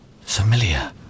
Familiar